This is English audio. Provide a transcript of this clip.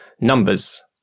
numbers